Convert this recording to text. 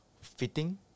fitting